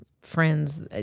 friends